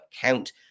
count